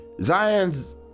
Zion's